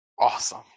awesome